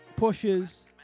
pushes